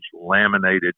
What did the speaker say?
laminated